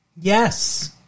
Yes